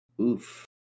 Oof